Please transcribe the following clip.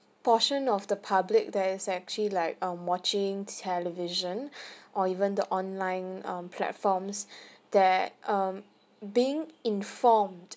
portion of the public there is actually like um watching television or even the online um platforms that um being informed